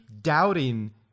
doubting